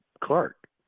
Clark